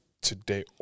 today